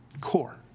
Core